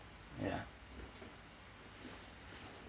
ya